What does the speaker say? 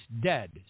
dead